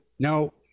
No